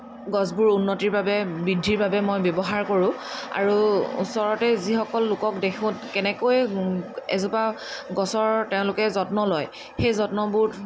গছবোৰ উন্নতিৰ বাবে বৃদ্ধিৰ বাবে মই ব্যৱহাৰ কৰোঁ আৰু ওচৰতেই যিসকল লোকক দেখোঁ কেনেকৈ এজোপা গছৰ তেওঁলোকে যত্ন লয় সেই যত্নবোৰ